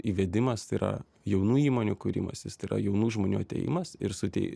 įvedimas tai yra jaunų įmonių kūrimasis tai yra jaunų žmonių atėjimas ir sutei